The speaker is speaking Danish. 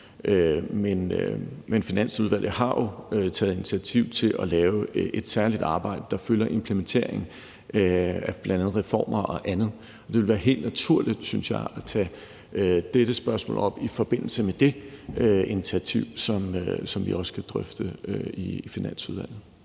men Finansudvalget har jo taget initiativ til at lave et særligt arbejde, der følger implementeringen af bl.a. reformer og andet, og det vil være helt naturligt, synes jeg, at tage dette spørgsmål op i forbindelse med det initiativ, som vi også skal drøfte i Finansudvalget.